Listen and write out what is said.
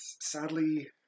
sadly